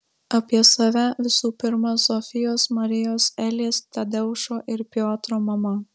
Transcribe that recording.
apie save visų pirma zofijos marijos elės tadeušo ir piotro mama